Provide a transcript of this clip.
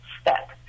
step